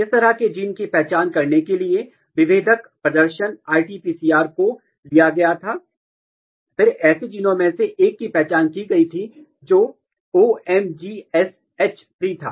इस तरह के जीन की पहचान करने के लिए विभेदक प्रदर्शन आरटी पीसीआर को लिया गया था और फिर ऐसे जीनों में से एक की पहचान की गई थी जो ओएमजीएसएच 3 था